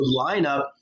lineup